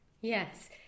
Yes